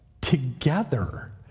together